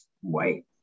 white